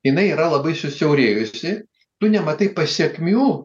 jinai yra labai susiaurėjusi tu nematai pasekmių